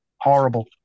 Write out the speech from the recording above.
horrible